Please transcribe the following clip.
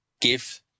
give